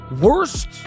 worst